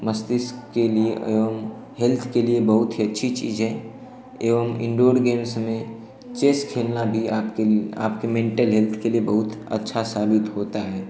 मस्तिष्क के लिए एवं हेल्थ के लिए बहुत ही अच्छी चीज़ है एवं इनडोर गेम्स में चेस खेलना भी आपके आपके मेन्टल हेल्थ के लिए बहुत अच्छा साबित होता है